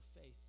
faith